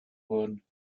wurden